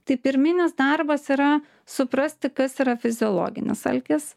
tai pirminis darbas yra suprasti kas yra fiziologinis alkis